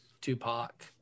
tupac